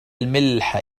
الملح